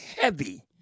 heavy